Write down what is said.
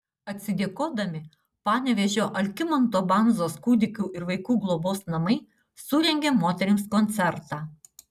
atsidėkodami panevėžio algimanto bandzos kūdikių ir vaikų globos namai surengė moterims koncertą